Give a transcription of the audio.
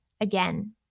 again